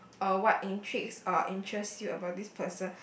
or what intrigues or interests you about this person